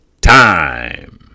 time